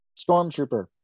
Stormtrooper